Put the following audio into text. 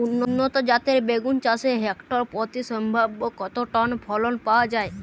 উন্নত জাতের বেগুন চাষে হেক্টর প্রতি সম্ভাব্য কত টন ফলন পাওয়া যায়?